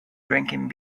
drinking